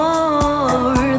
More